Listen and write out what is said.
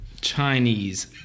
Chinese